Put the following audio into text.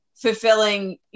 Fulfilling